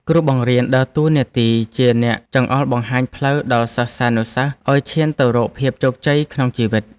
គ្រូបង្រៀនដើរតួនាទីជាអ្នកចង្អុលបង្ហាញផ្លូវដល់សិស្សានុសិស្សឱ្យឈានទៅរកភាពជោគជ័យក្នុងជីវិត។